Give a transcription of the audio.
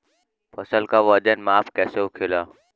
फसल का वजन माप कैसे होखेला?